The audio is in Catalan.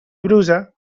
brusa